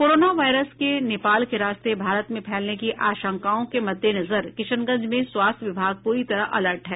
corona virus के नेपाल के रास्ते भारत में फैलने की आशंकाओं के मद्देनजर किशनगंज में स्वास्थ्य विभाग प्ररी तरह अलर्ट है